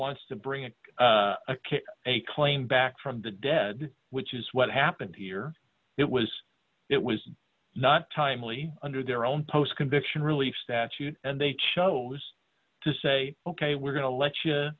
wants to bring in a kid a claim back from the dead which is what happened here it was it was not timely under their own post conviction really statute and they chose to say ok we're going to let you